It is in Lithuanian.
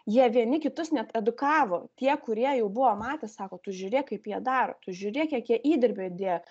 jie vieni kitus net edukavo tie kurie jau buvo matę sako tu žiūrėk kaip jie daro tu žiūrėk kiek jie įdirbio įdėjo